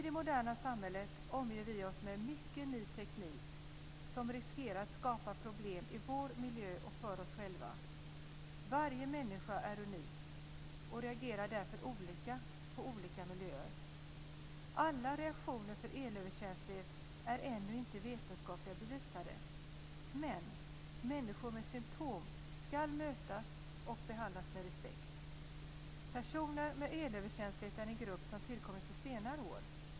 det moderna samhället omger vi oss med mycket ny teknik som riskerar att skapa problem i vår miljö och för oss själva. Varje människa är unik och reagerar därför olika på olika miljöer. Alla reaktioner för elöverkänslighet är ännu inte vetenskapligt bevisade, men människor med symtom ska mötas och behandlas med respekt. Personer med elöverkänslighet är en grupp som tillkommit på senare år.